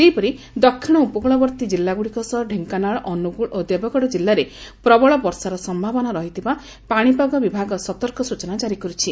ସେହିପରି ଦକିଶ ଉପକୁଳବର୍ଭୀ ଜିଲ୍ଲାଗୁଡ଼ିକ ସହ ଡେଙ୍କାନାଳ ଅନୁଗୁଳ ଓ ଦେବଗଡ଼ କିଲ୍ଲାରେ ପ୍ରବଳ ବର୍ଷାର ସମ୍ଭାବନା ରହିଥିବା ପାଶିପାଗ ବିଭାଗ ସତର୍କ ସୂଚନା ଜାରି କରିଛି